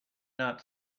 not